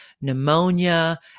pneumonia